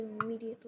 immediately